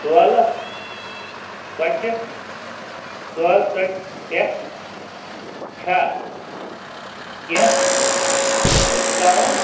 تولہٕ ژۄچہٕ تولہٕ ژوٚٹ پٮ۪ٹھ چھا کیٚنٛہہ ڈسکاونٛٹ